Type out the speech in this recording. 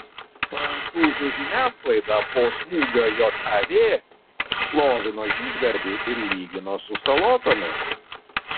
prancūzų žiniasklaida po smūgio jav šlovino žygdarbį ir lygino su salotomis